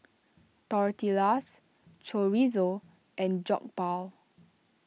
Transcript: Tortillas Chorizo and Jokbal